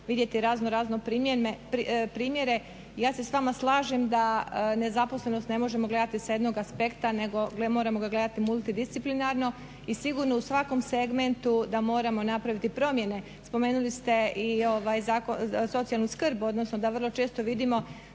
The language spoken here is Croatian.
vidjeti raznorazne primjere i ja se s vama slažem da nezaposlenost ne možemo gledati sa jednom aspekta nego ga moramo gledati multidisciplinarno i sigurno u svakom segmentu da moramo napraviti promjene. Spomenuli ste i socijalnu skrb, odnosno da vrlo često vidimo